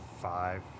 five